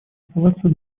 оставаться